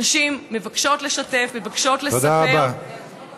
נשים מבקשות לשתף, מבקשות לספר, תודה רבה.